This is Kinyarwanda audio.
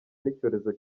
n’icyorezo